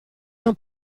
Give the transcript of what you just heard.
non